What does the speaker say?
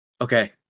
Okay